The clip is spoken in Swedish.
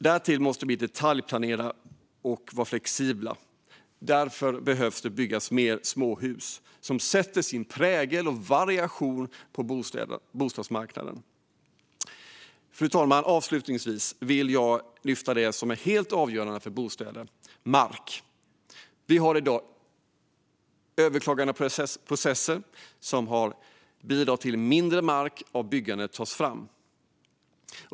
Därtill måste detaljplanerna vara flexibla så att man kan bygga fler småhus som sätter sin egen prägel och skapar variation på bostadsmarknaden. Fru talman! Avslutningsvis vill jag lyfta det som är helt avgörande för att bygga bostäder: mark. Vi har i dag långa överklagandeprocesser som bidrar till att mindre mark för byggande tas fram.